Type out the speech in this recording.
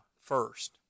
first